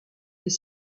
est